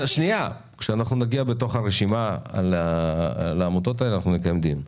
כשנגיע לעמותות הללו מתוך הרשימה אנחנו ננהל דיון.